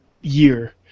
year